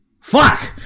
Fuck